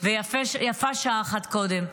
ויפה שעת אחת קודם.